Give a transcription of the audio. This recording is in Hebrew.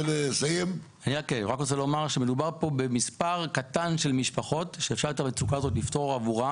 לומר שמדובר כאן במספר קטן של משפחות עבורן אפשר לפתור את המצוקה הזאת.